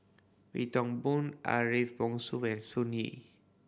Wee Toon Boon Ariff Bongso and Sun Yee